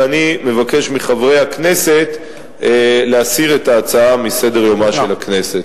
ואני מבקש מחברי הכנסת להסיר את ההצעה מסדר-יומה של הכנסת.